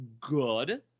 good